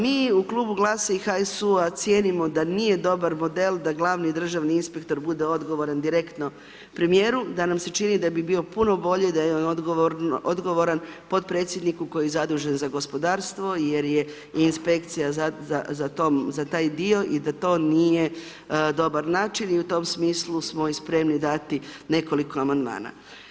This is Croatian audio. Mi u Klubu GLS-a i HSU-a, cijenimo da nije dobar model da glavni državni inspektor bude odgovoran direktno premijeru, da nam se čini da bi bio puno bolji da je on odgovoran podpredsjedniku koji je zadužen za gospodarstvo, jer je inspekcija za taj dio i da to nije dobar način i u tom smislu smo i spremni dati nekoliko amandmana.